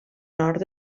nord